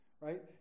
right